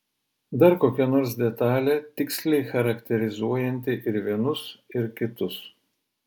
dar kokia nors detalė tiksliai charakterizuojanti ir vienus ir kitus